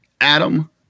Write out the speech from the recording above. Adam